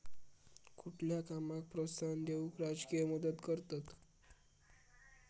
कुठल्या कामाक प्रोत्साहन देऊक राजकीय मदत करतत